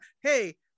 hey